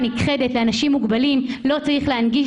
נכחדת ולאנשים מוגבלים לא צריך להנגיש.